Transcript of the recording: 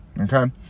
okay